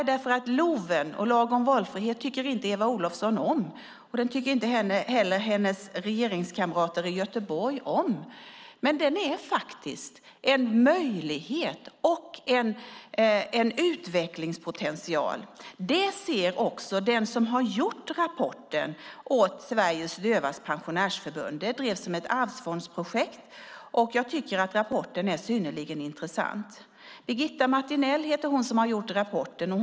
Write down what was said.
Lag om valfrihet tycker inte Eva Olofsson om, och det tycker inte heller hennes kamrater i styret av Göteborg om. Men den är en möjlighet och en utvecklingspotential. Det ser också den som har gjort rapporten åt Sveriges Dövas Pensionärsförbund. Det drevs som ett arvsfondsprojekt, och jag tycker att rapporten är synnerligen intressant. Den som har gjort rapporten heter Birgitta Martinell.